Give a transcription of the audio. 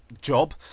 job